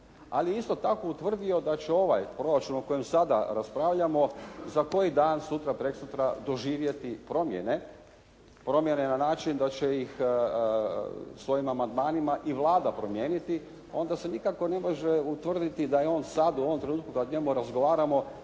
Ali isto je tako utvrdi da će ovaj proračun o kojem sada raspravljamo za koji dan sutra, prekosutra doživjeti promjene. Promjene na način da će ih s ovim amandmanima i Vlada promijeniti, onda se nikako ne može utvrditi u ovom trenutku kada o njemu razgovaramo